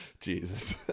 Jesus